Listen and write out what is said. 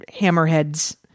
Hammerheads